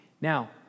Now